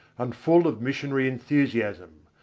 and full of missionary enthusiasm.